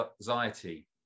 anxiety